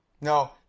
No